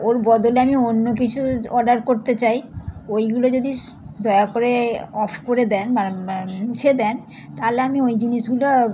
ওর বদলে আমি অন্য কিছু অর্ডার করতে চাই ওইগুলো যদি দয়া করে অফ করে দেন মানে মুছে দেন তাহলে আমি ওই জিনিসগুলো